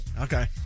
okay